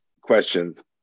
questions